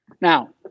Now